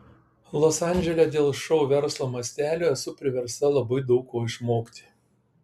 los andžele dėl šou verslo mastelio esu priversta labai daug ko išmokti